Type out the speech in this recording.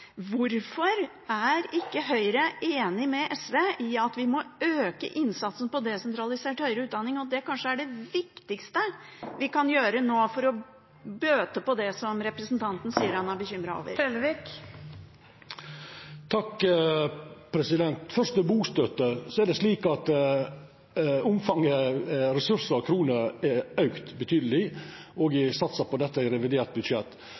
Hvorfor er ikke Høyre enig med SV i at vi må øke innsatsen på desentralisert høyere utdanning, og at det kanskje er det viktigste vi kan gjøre nå for å bøte på det representanten sier han er bekymret over? Først til bostøtte. Omfanget i ressursar og kroner har auka betydeleg, og det er satsa på dette i revidert budsjett. Så er det slik at